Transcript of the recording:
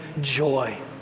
joy